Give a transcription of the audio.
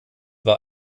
war